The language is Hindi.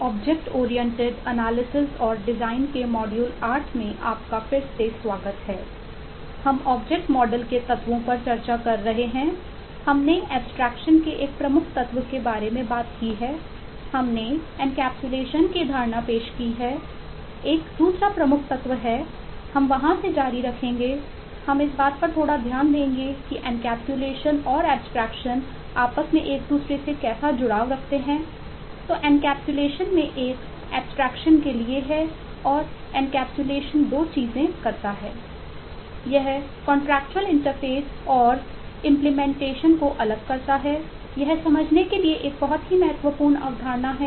ऑब्जेक्ट ओरिएंटेड एनालिसिस और डिज़ाइन 2 चीजें करता है